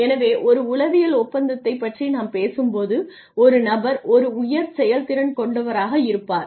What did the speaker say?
எனவே ஒரு உளவியல் ஒப்பந்தத்தைப் பற்றி நாம் பேசும்போது ஒரு நபர் ஒரு உயர் செயல்திறன் கொண்டவராக இருப்பார்